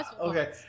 Okay